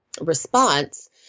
response